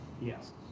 Yes